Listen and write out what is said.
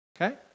Okay